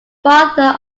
father